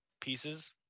pieces